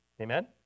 amen